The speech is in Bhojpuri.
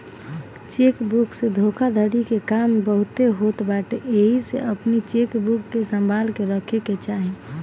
चेक बुक से धोखाधड़ी के काम बहुते होत बाटे एही से अपनी चेकबुक के संभाल के रखे के चाही